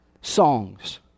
songs